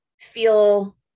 feel